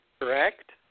correct